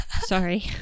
sorry